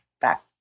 back